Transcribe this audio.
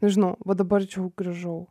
nežinau va dabar čia jau grįžau